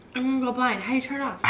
i'm gonna go blind, how